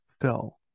Phil